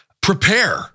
Prepare